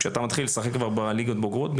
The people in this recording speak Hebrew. כאשר אתה מתחיל לשחק כבר בליגות בוגרות,